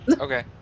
Okay